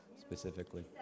specifically